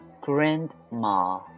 Grandma